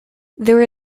there